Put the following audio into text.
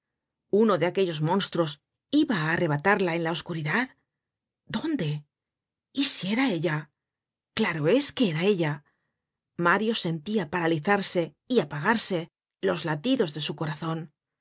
uno de aquellos monstruos iba á arrebatarla en la oscuridad dónde y si era ella claro es que era ella mario sentia paralizarse y apagarse los latidos de su corazon